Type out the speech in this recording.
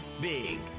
big